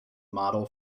model